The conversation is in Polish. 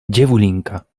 dziewulinka